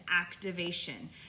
activation